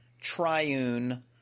triune